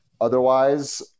Otherwise